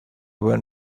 were